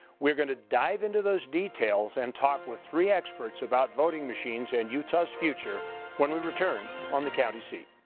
we are going to dive into those details and talk with three experts about voting machines and utah's future when we return on the county seat.